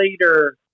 later